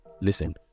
Listen